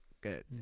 Good